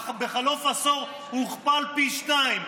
ובחלוף עשור הוא הוכפל פי שניים.